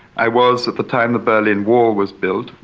i was, at the time the berlin wall was built,